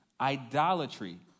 idolatry